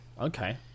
Okay